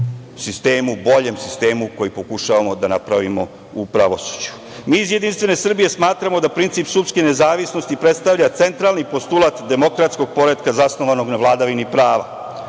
sistemu, boljem sistemu koji pokušavamo da napravimo u pravosuđu. Mi iz Jedinstvene Srbije smatramo da princip sudske nezavisnosti predstavlja centralni postulat demokratskog poretka zasnovanog na vladavini prava,